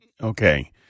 Okay